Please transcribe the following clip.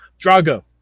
Drago